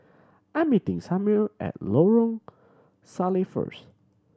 I'm meeting Samir at Lorong Salleh first